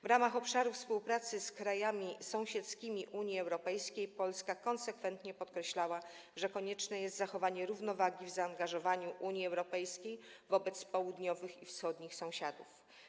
W ramach obszaru współpracy z krajami sąsiedzkimi Unii Europejskiej Polska konsekwentnie podkreślała, że konieczne jest zachowanie równowagi w zaangażowaniu Unii Europejskiej wobec południowych i wschodnich sąsiadów.